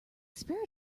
spirit